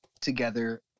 together